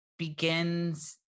begins